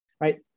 right